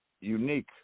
unique